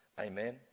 Amen